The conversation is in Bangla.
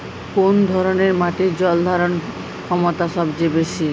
কোন ধরণের মাটির জল ধারণ ক্ষমতা সবচেয়ে বেশি?